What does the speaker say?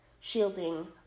shielding